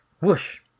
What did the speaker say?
whoosh